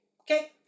Okay